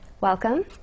Welcome